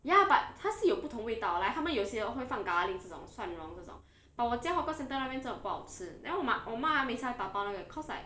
ya but 他是有不同味道 like 他们有些会放 garlic 这种蒜蓉这种 but 我家 hawker centre 那边真的不好吃 then 我妈我妈她每次打包那个 because like